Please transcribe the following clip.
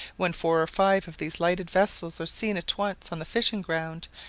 when four or five of these lighted vessels are seen at once on the fishing-ground,